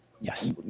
Yes